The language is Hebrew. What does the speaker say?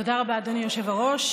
תודה רבה, אדוני היושב-ראש.